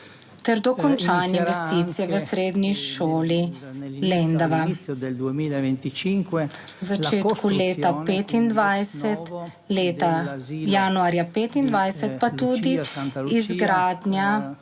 dokončanje investicije v Srednji šoli Lendava. V začetku leta 2025, leta januarja 2025, pa tudi izgradnja